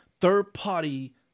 third-party